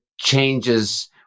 changes